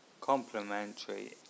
complementary